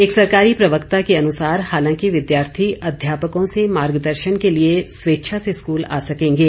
एक सरकारी प्रवक्ता के अनुसार हालांकि विद्यार्थी अध्यापकों से मार्गदर्शन के लिए स्वेच्छा से स्कूल आ सकेंगे